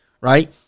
right